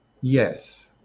Yes